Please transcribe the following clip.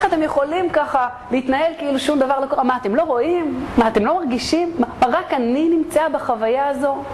איך אתם יכולים ככה להתנהל כאילו שום דבר... מה אתם לא רואים? מה אתם לא מרגישים? רק אני נמצאה בחוויה הזו?